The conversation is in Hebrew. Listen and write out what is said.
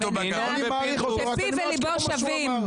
פיו וליבו שווים.